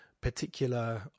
Particular